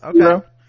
okay